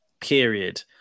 period